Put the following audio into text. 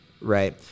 right